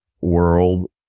world